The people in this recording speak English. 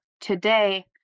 today